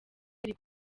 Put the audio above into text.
yari